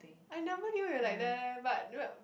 I never knew you're like that leh but no